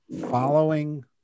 following